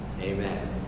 Amen